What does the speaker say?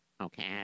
Okay